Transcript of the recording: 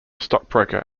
stockbroker